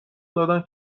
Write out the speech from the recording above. دادند